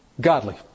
godly